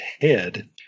head